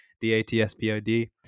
d-a-t-s-p-o-d